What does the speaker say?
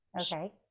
Okay